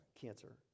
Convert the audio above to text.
cancer